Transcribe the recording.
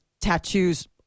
tattoos